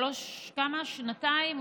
שנתיים,